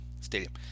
stadium